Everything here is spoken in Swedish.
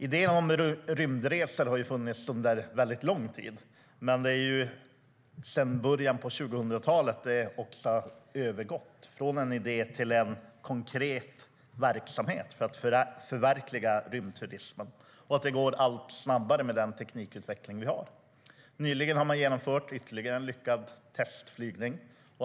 Idén om rymdresor har ju funnits under väldigt lång tid, men det är sedan början av 2000-talet den har övergått från en idé till en konkret verksamhet för att förverkliga rymdturismen. Det går allt snabbare med den teknikutveckling vi har. Nyligen har man genomfört ytterligare en lyckad testflygning.